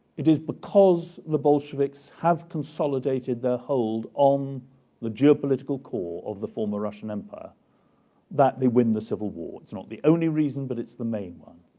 it is because the bolsheviks have consolidated their hold on the geopolitical core of the former russian empire that they win the civil war. it's not the only reason, but it's the main one.